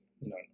no